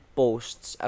posts